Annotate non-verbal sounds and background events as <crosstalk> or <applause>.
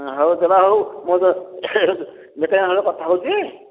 <unintelligible> କଥା ହେଉଛି